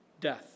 death